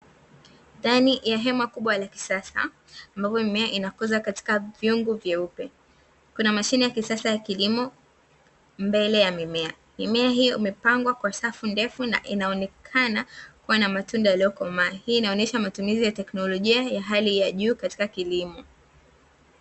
Ndani ya hema kubwa la kisasa, ambapo mimea inakuzwa katika vyungu vyeupe, kuna mashine ya kisasa ya kilimo mbele ya mimea. Mimea hiyo imepangwa kwa safu ndefu, inaonekana kuwa na matunda yaliyo komaa. Hii inaonesha matumizi ya teknolojia ya hali ya juu katika kilimo.